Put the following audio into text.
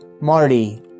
Marty